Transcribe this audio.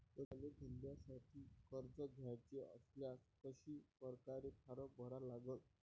मले धंद्यासाठी कर्ज घ्याचे असल्यास कशा परकारे फारम भरा लागन?